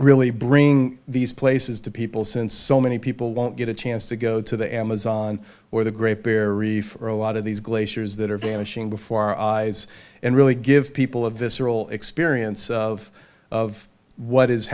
really bring these places to people since so many people won't get a chance to go to the amazon or the great barrier reef or a lot of these glaciers that are vanishing before our eyes and really give people a visceral experience of of what is